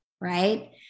right